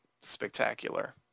spectacular